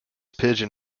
pigeon